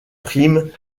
prime